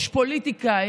יש פוליטיקה,